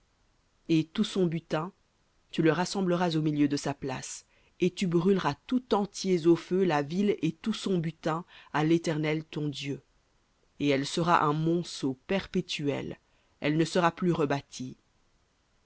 et tout son butin tu le rassembleras au milieu de sa place et tu brûleras tout entiers au feu la ville et tout son butin à l'éternel ton dieu et elle sera un monceau perpétuel elle ne sera plus rebâtie